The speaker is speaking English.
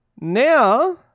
Now